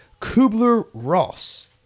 Kubler-Ross